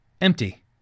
Empty